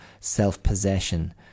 self-possession